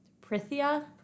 Prithia